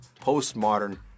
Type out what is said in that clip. postmodern